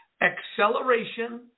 Acceleration